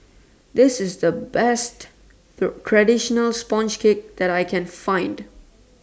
This IS The Best Traditional Sponge Cake that I Can Find